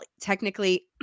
technically